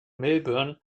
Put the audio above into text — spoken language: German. melbourne